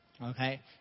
Okay